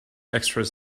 extras